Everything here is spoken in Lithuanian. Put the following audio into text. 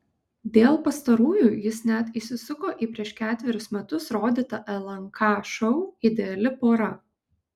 dėl pastarųjų jis net įsisuko į prieš ketverius metus rodytą lnk šou ideali pora